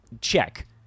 check